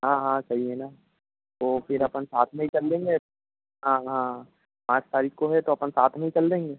हाँ हाँ सही है ना तो फिर अपन साथ में ही चल लेंगे हाँ हाँ पाँच तारीख़ को है तो अपन साथ में ही चल देंगे